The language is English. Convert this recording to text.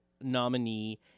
nominee